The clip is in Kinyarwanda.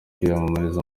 kwiyamamariza